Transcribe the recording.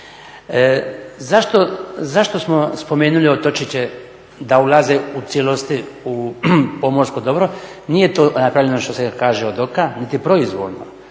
Zašto smo spomenuli otočiće da ulaze u cijelosti u pomorsko dobro? Nije to napravljeno, što se kaže, od oka niti proizvoljno.